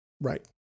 Right